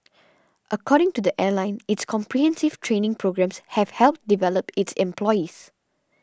according to the airline its comprehensive training programmes have helped develop its employees